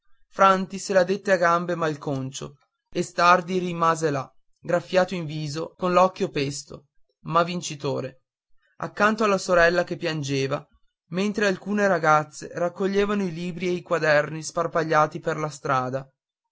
franti se la dette a gambe malconcio e stardi rimase là graffiato in viso con l'occhio pesto ma vincitore accanto alla sorella che piangeva mentre alcune ragazze raccoglievano i libri e i quaderni sparpagliati per la strada